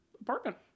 apartment